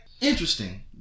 Interesting